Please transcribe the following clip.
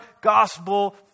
gospel